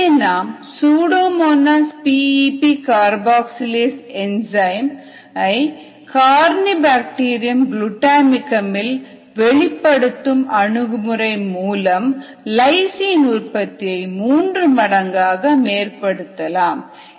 எனவே நாம் Pseudomonas PEP carboxylase enzyme ஐ கார்னிபாக்டீரியம் குளுட்டாமிக்கம் இல் வெளிப்படுத்தும் அணுகுமுறை மூலம் லைசின் உற்பத்தியை மூன்று மடங்காக மேம்படுத்தலாம்